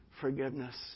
forgiveness